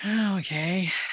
Okay